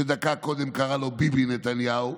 שדקה קודם הוא קרא לו "ביבי נתניהו".